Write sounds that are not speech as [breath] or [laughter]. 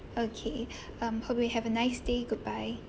okay [breath] um hope you have a nice day goodbye